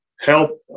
help